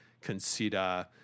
consider